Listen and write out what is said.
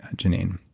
ah geneen.